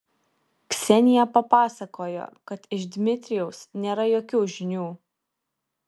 ksenija papasakojo kad iš dmitrijaus nėra jokių žinių